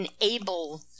enable